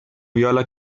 viola